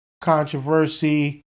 controversy